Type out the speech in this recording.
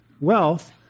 wealth